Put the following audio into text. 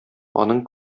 аның